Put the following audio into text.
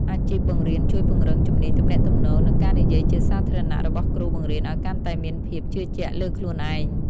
អាជីពបង្រៀនជួយពង្រឹងជំនាញទំនាក់ទំនង និងការនិយាយជាសាធារណៈរបស់គ្រូបង្រៀនឱ្យកាន់តែមានភាពជឿជាក់លើខ្លួនឯង។